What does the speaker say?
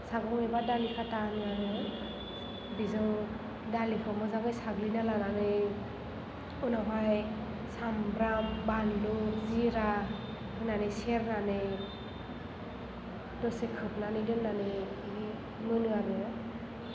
सागं एबा दालि खाटा होनो आरो बिजों दालिखौ मोजाङै साग्लिना लानानै उनावहाय सामब्राम बानलु जिरा होनानै सेरनानै दसे खोबनानै दोननानै मोनो आरो